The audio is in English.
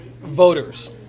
voters